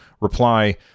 reply